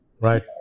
right